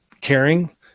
caring